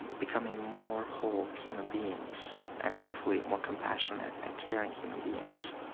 and becoming more whole human beings and hopefully more compassionate and caring human beings.